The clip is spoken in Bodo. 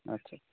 आच्चा